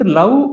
love